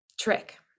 trick